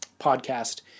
podcast